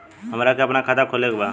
हमरा के अपना खाता खोले के बा?